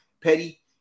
petty